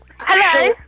Hello